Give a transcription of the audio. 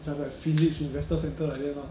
ya like physics investor centre like that lah